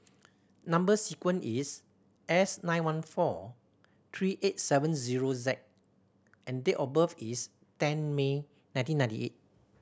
number sequence is S nine one four three eight seven zero Z and date of birth is ten May nineteen ninety eight